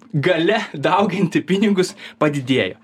galia dauginti pinigus padidėjo